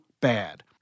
bad